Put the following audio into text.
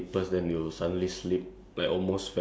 even though I just fall ya